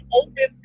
open